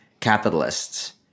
capitalists